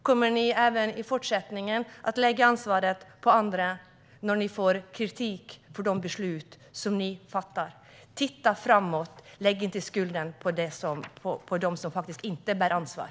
Kommer ni även i fortsättningen att lägga ansvaret på andra när ni får kritik för de beslut ni fattar? Se framåt och lägg inte skulden på dem som inte bär ansvar!